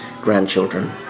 grandchildren